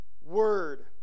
word